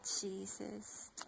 Jesus